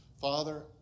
Father